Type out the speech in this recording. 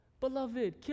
Beloved